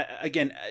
again